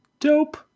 dope